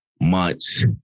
months